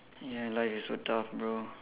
ya life is so tough bro